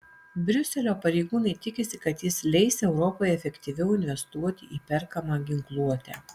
briuselio pareigūnai tikisi kad jis leis europai efektyviau investuoti į perkamą ginkluotę